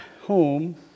home